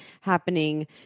happening